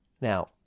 Now